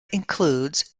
includes